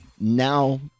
now